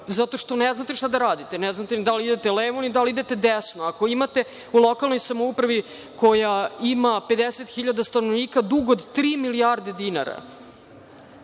zato što ne znate šta da radite. Ne znate ni da li idete levo, ni da li idete desno. Ako imate u lokalnoj samoupravi koja ima 50.000 stanovnika, dug od tri milijarde dinara,